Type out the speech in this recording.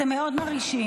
אתם מאוד מרעישים,